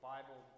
Bible